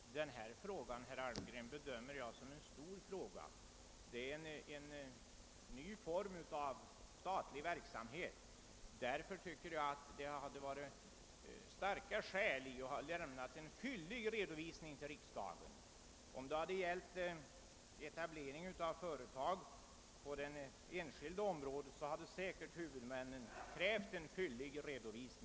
Herr talman! Denna fråga, herr Almgren, anser jag vara betydelsefull. Det gäller en ny form av statlig verksamhet och därför tycker jag det finns starka skäl att lämna riksdagen en fyllig redovisning. Hade det gällt etablering av företag inom det enskilda näringslivet hade huvudmännen säkert krävt en sådan.